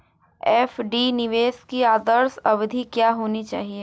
FD निवेश की आदर्श अवधि क्या होनी चाहिए?